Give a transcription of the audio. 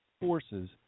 forces